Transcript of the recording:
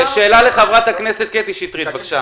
שאלה לחברת הכנסת קטי שטרית, בבקשה.